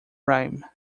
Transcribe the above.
rhine